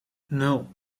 nul